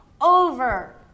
over